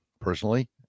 personally